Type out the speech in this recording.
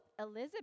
Elizabeth